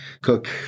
cook